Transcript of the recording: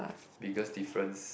biggest difference